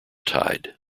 tide